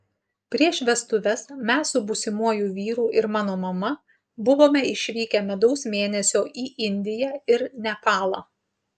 prieš vestuves mes su būsimuoju vyru ir mano mama buvome išvykę medaus mėnesio į indiją ir nepalą